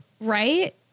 Right